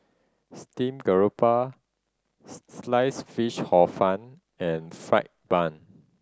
steamed garoupa Sliced Fish Hor Fun and fried bun